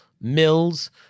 mills